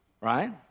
Right